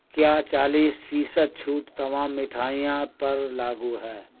کیا چالیس فیصد چھوٹ تمام مٹھائیاں پر لاگو ہے